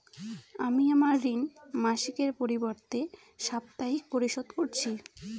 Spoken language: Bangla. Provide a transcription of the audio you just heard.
আমি আমার ঋণ মাসিকের পরিবর্তে সাপ্তাহিক পরিশোধ করছি